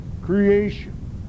creation